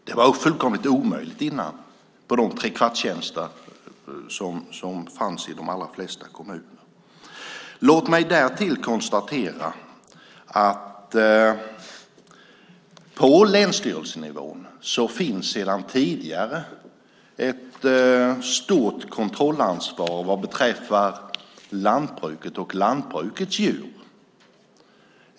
Innan var det fullkomligt omöjligt med de trekvartstjänster som fanns i de allra flesta kommuner. Låt mig därtill konstatera att det på länsstyrelsenivån sedan tidigare finns ett stort kontrollansvar beträffande lantbruket och lantbrukets djur.